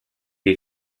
dei